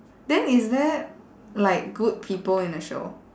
then is there like good people in the show